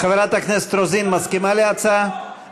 חברת הכנסת רוזין מסכימה להצעה?